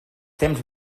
temps